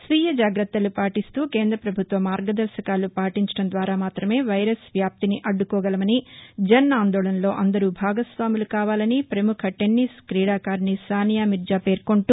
స్వీయ జాగ్రత్తలు పాటిస్తూ కేంద్ర ప్రభుత్వ మార్గదర్శకాలు పాటించడం ద్వారా మాత్రమే వైరస్ వ్యాప్తిని అధ్యకోగలమని జన్ ఆందోళన్లో అందరూ భాగస్వాములు కావాలని భరముఖ టెన్సిస్ కీడాకారిణి సానియా మీర్జా పేర్కొంటూ